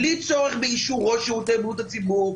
בלי צורך באישור ראש שירותי בריאות הציבור,